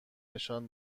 نشان